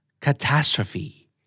Catastrophe